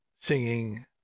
singing